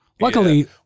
Luckily